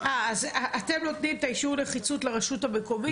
אתם נותנים את האישור נחיצות לרשות המקומית?